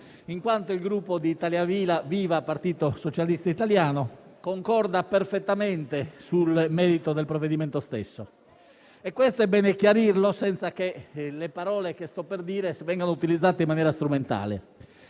in quanto il Gruppo Italia Viva - Partito Socialista Italiano concorda perfettamente sul merito del provvedimento stesso. Questo è bene chiarirlo, senza che le parole che sto per dire vengano utilizzate in maniera strumentale.